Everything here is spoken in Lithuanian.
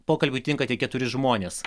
pokalbiui tinka tik keturi žmonės